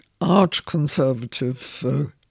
arch-conservative